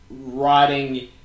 writing